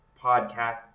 podcast